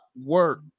work